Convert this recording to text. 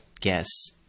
guess